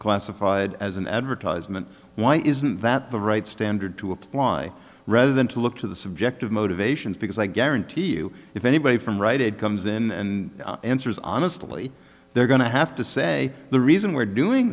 classified as an advertisement why isn't that the right standard to apply rather than to look to the subjective motivations because i guarantee you if anybody from right it comes in and answers honestly they're going to have to say the reason we're doing